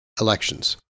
elections